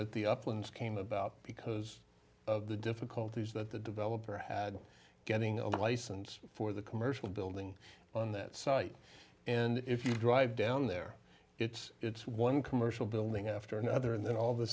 uplands came about because of the difficulties that the developer had getting a license for the commercial building on that site and if you drive down there it's it's one commercial building after another and then all of a